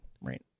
Right